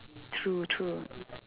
true true